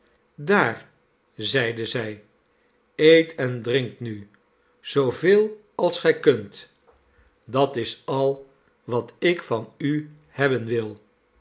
daar zeide zij eet en drinkt nu zooveel als gij kunt dat is al wat ik van u hebben wil